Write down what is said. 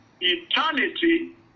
eternity